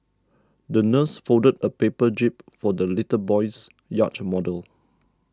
the nurse folded a paper jib for the little boy's yacht model